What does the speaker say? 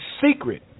secret